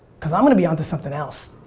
cause i'm gonna be onto something else,